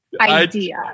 idea